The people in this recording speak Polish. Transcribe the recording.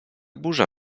burza